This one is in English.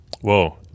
Whoa